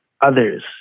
others